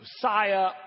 Josiah